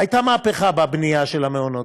הייתה מהפכה בבנייה של המעונות.